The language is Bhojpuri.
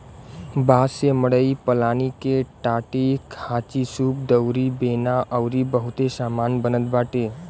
बांस से मड़ई पलानी के टाटीखांचीसूप दउरी बेना अउरी बहुते सामान बनत बाटे